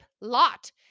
lot